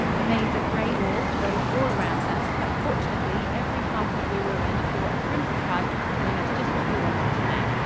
a maze of gray walls rose all around us, but fortunately every part of the ruin bore a printed card telling us just what we wanted to know.